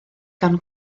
gan